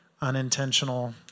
unintentional